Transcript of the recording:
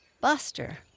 Buster